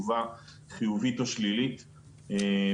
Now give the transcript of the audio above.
במהלך הקורונה עמדנו על בערך חודש.